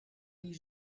wie